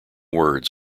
words